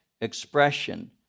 expression